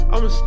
I'ma